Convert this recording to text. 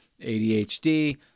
ADHD